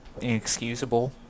inexcusable